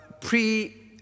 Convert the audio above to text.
pre